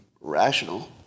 rational